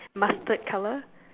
mustard colour